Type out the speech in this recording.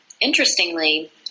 interestingly